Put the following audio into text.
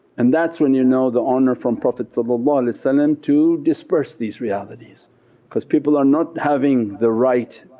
and that's when you know the honour from prophet sort of ah and um to disperse these realities because people are not having the right